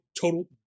total